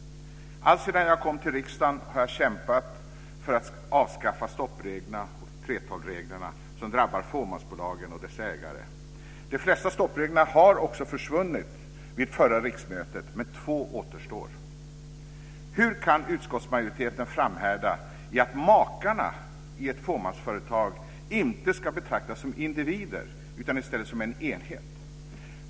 Alltsedan jag kom till riksdagen har jag kämpat för att avskaffa stoppreglerna och 3:12-reglerna som drabbar fåmansbolagen och deras ägare. De flesta stoppregler försvann också vid förra riksmötet, men två återstår. Hur kan utskottsmajoriteten framhärda i att makarna i ett fåmansföretag inte ska betraktas som individer, utan i stället som en enhet?